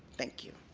thank you.